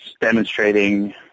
demonstrating